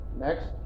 Next